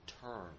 turn